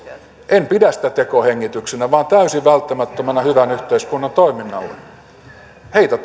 en pidä sitä tekohengityksenä vaan täysin välttämättömänä hyvän yhteiskunnan toiminnalle heitä